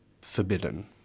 forbidden